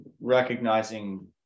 recognizing